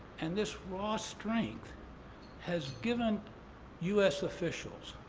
and this raw strength has given u s. officials,